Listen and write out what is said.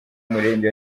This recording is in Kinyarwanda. murenge